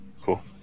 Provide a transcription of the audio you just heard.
Cool